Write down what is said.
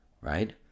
right